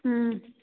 ꯎꯝ